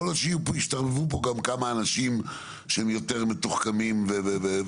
יכול להיות שתשלבו פה גם כמה אנשים שהם יותר מתוחכמים וכו',